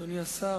אדוני השר,